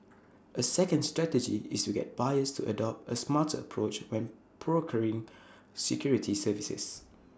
A second strategy is to get buyers to adopt A smarter approach when procuring security services